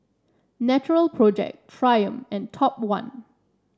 Natural Project Triumph and Top One